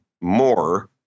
more